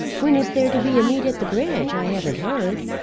when is there to be a meet at the bridge? i haven't heard.